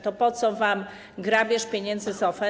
To po co wam grabież pieniędzy z OFE?